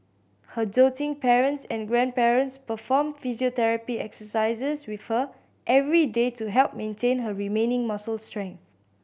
her doting parents and grandparents perform physiotherapy exercises with her every day to help maintain her remaining muscle strength